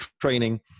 training